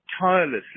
tirelessly